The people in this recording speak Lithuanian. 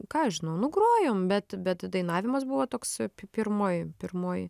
ką aš žinau nu grojom bet bet dainavimas buvo toks pi pirmoj pirmoj